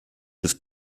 das